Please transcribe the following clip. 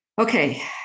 Okay